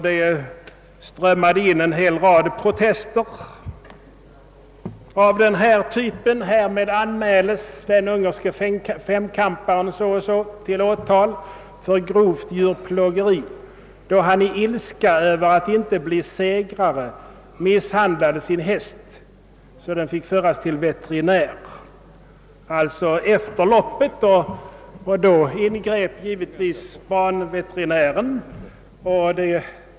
Det strömmade in en hel rad av protester av denna typ: »Härmed anmäles den ungerske femkamparen N N till åtal för grovt djurplågeri, då han i ilska över att inte bli segrare misshandlade sin häst så att den fick föras till veterinär.» — Detta hände alltså efter loppet och då ingrep givetvis banveterinären.